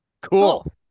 Cool